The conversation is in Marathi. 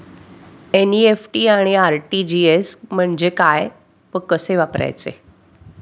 एन.इ.एफ.टी आणि आर.टी.जी.एस म्हणजे काय व कसे वापरायचे?